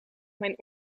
mijn